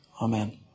Amen